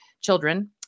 children